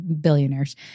billionaires